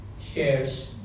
shares